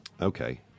Okay